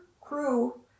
crew